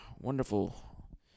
wonderful